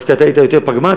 דווקא אתה היית יותר פרגמטי,